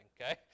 Okay